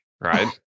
right